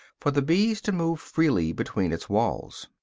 for the bees to move freely between its walls.